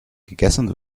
gegessen